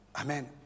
Amen